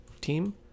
team